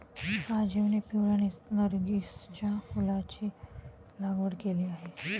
राजीवने पिवळ्या नर्गिसच्या फुलाची लागवड केली आहे